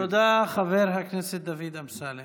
תודה, חבר הכנסת דוד אמסלם.